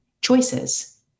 choices